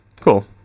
Cool